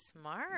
Smart